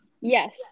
yes